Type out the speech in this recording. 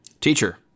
teacher